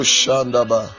Shandaba